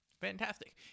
Fantastic